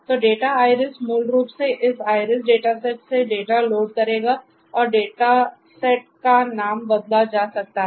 तो data iris मूल रूप से इस आईरिस डेटासेट से डेटा लोड करेगा और डेटा सेट का नाम बदला जा सकता है